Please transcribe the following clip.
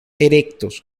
erectos